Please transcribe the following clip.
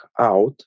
out